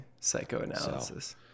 psychoanalysis